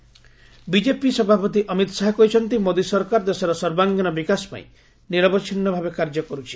Amit Shah MP BJP ସଭାପତି ଅମିତ ଶାହା କହିଛନ୍ତି ମୋଦି ସରକାର ଦେଶର ସର୍ବାଙ୍ଗୀନ ବିକାଶ ପାଇଁ ନିରବଚ୍ଛିନ୍ନ ଭାବେ କାର୍ଯ୍ୟ କରୁଛି